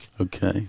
Okay